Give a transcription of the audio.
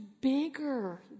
bigger